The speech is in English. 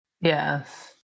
Yes